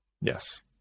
Yes